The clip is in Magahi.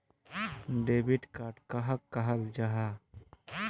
डेबिट कार्ड कहाक कहाल जाहा जाहा?